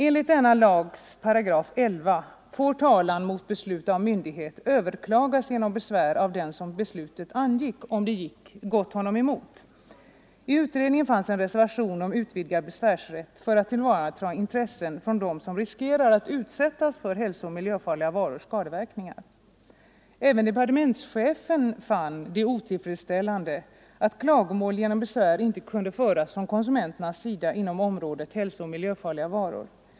Enligt 11 § denna lag får talan mot beslut av myndighet överklagas genom besvär av den som beslutet angick om det gått emot honom. I utredningen fanns en reservation om utvidgad besvärsrätt för att tillvarata intressen från dem som riskerar att utsättas för hälsooch miljöfarliga varors skadeverkningar. Även departementschefen fann det otillfredsställande att klagomål genom besvär inte kunde föras från konsumenternas sida inom området hälsooch miljöfarliga varor.